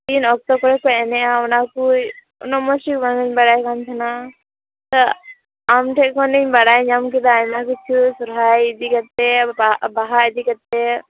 ᱛᱤᱱ ᱚᱠᱛᱚ ᱠᱚᱨᱮᱠᱚ ᱮᱱᱮᱡᱼᱟ ᱚᱱᱟᱠᱚ ᱩᱱᱟᱹᱜ ᱢᱚᱡᱽ ᱵᱟᱝ ᱤᱧ ᱵᱟᱲᱟᱭ ᱠᱟᱱ ᱛᱟᱦᱮᱸᱱᱟ ᱟᱱᱴᱷᱮᱱ ᱠᱷᱚᱱᱤᱧ ᱵᱟᱲᱟᱭ ᱧᱟᱢ ᱠᱮᱫᱟ ᱟᱭᱢᱟ ᱠᱤᱪᱷᱩ ᱥᱚᱦᱨᱟᱭ ᱤᱫᱤ ᱠᱟᱛᱮ ᱵᱟ ᱵᱟᱦᱟ ᱤᱫᱤ ᱠᱟᱛᱮ